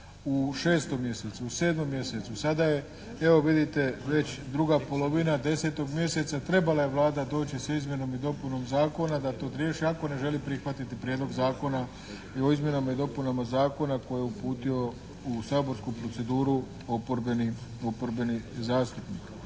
u 6. mjesecu, u 7. mjesecu. Sada je evo vidite već druga polovina 10. mjeseca. Trebala je Vlada doći sa izmjenom i dopunom Zakona da to riješi ako ne želi prihvatiti Prijedlog zakona o izmjena i dopunama Zakona koje je uputio u saborsku proceduru oporbeni zastupnik.